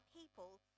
people